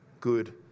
good